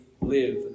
live